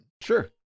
Sure